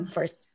First